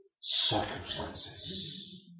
circumstances